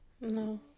No